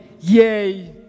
Yay